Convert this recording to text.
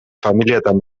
familiatan